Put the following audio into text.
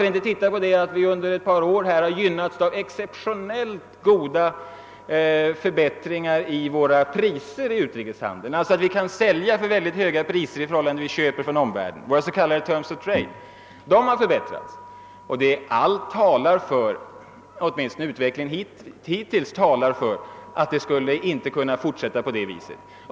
Vi kan erinra oss att vi under ett par år har gynnats av exceptionellt goda förbättringar i våra priser i utrikeshandeln, alltså att vi kan sälja till mycket höga priser i förhållande till inköpspriserna från omvärlden. De s.k. terms of trade har förbättrats. Men utvecklingen hittills talar för att det inte kan fortsätta på det sättet.